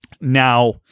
Now